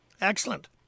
Excellent